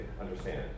understand